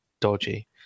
dodgy